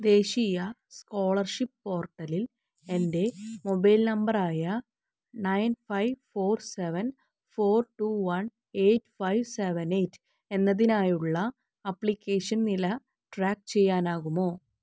ദേശീയ സ്കോളർഷിപ്പ് പോർട്ടലിൽ എൻ്റെ മൊബൈൽ നമ്പറായ nine five four seven four two one eight five seven eight എന്നതിനായുള്ള ആപ്ലിക്കേഷൻ നില ട്രാക്ക് ചെയ്യാനാകുമോ